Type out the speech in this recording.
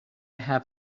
have